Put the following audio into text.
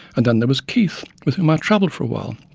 and then there was keith, with whom i travelled for a while,